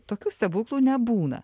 tokių stebuklų nebūna